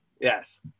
Yes